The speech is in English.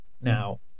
Now